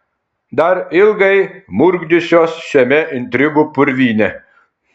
dar ilgai murkdysiuos šiame intrigų purvyne